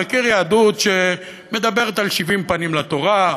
מכיר יהדות שמדברת על שבעים פנים לתורה,